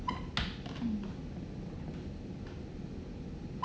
mm